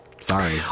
Sorry